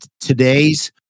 today's